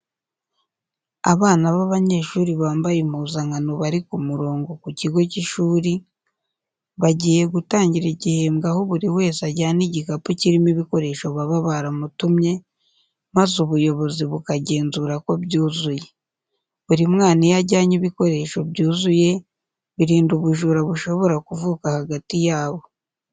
Abana b'abanyeshuri bambaye impuzankano bari ku murongo ku kigo cy'ishuri, bagiye gutangira igihembwe aho buri wese ajyana igikapu kirimo ibikoresho baba baramutumye, maze ubuyobozi bukagenzura ko byuzuye. Buri mwana iyo ajyanye ibikoresho byuzuye birinda ubujura bushobora kuvuka hagati yabo